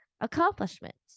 accomplishments